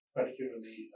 Particularly